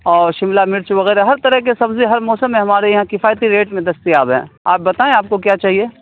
اور شملہ مرچ وغیرہ ہر طرح کے سبزی ہر موسم میں ہمارے یہاں کفایتی ریٹ میں دستیاب ہیں آپ بتائیں آپ کو کیا چاہیے